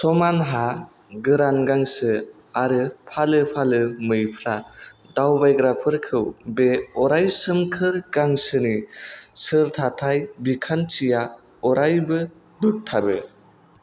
समान हा गोरान गांसो आरो फालो फालो मैफ्रा दावबायग्राफोरखौ बे अरायसोमखोर गांसोनि सोरथाथाय बिखान्थिआ अरायबो बोगथाबो